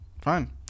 Fine